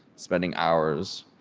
spending hours